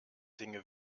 dinge